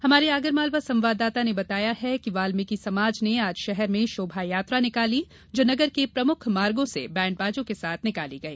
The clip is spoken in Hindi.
हमारे आगर मालवा संवाददाता ने बताया है कि वाल्मीकि समाज ने आज शहर में शोभायात्रा निकाली जो नगर के प्रमुख मार्गो से बैण्ड बाजों के साथ निकाली गई